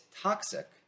toxic